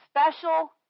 special